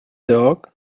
dog